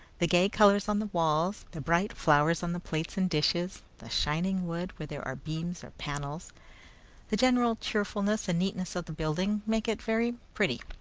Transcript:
the gay colours on the walls the bright flowers on the plates and dishes the shining wood, where there are beams or panels the general cheerfulness and neatness of the building make it very pretty.